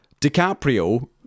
DiCaprio